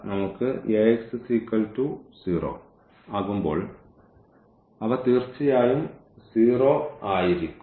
നമുക്ക് Ax0 ആകുമ്പോൾ അവ തീർച്ചയായും 0 ആയിരിക്കും